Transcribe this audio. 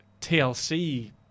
TLC